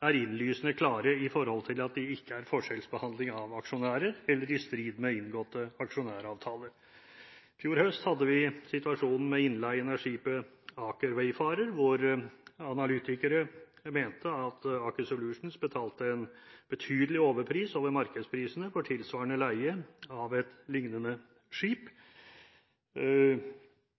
er innlysende klare i forhold til at det ikke er forskjellsbehandling av aksjonærer eller i strid med inngåtte aksjonæravtaler. I fjor høst hadde vi situasjonen med innleie av skipet «Aker Wayfarer», hvor analytikere mente at Aker Solutions betalte en betydelig overpris over markedsprisene for tilsvarende leie av et lignende